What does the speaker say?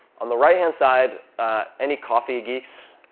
on the right-hand side any coffee geeks?